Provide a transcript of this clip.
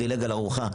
הוא דילג על ארוחה",